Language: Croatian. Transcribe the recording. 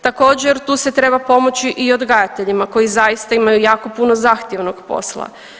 Također tu se treba pomoći i odgajateljima koji zaista imaju jako puno zahtjevnog posla.